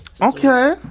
Okay